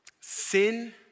Sin